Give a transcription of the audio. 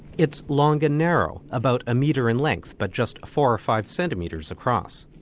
it's long and narrow about a metre in length, but just four or five centimetres across.